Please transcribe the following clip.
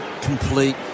complete